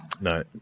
No